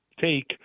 take